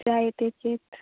जायते चेत्